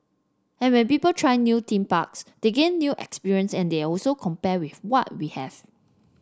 and when people try new theme parks they gain new experience and they always compare with what we have